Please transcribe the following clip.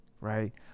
right